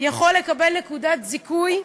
יכול לקבל נקודת זיכוי,